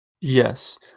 Yes